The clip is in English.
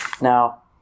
Now